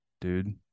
dude